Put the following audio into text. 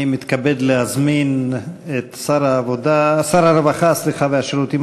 אני מתכבד להזמין את שר הרווחה והשירותים